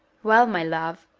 well, my love,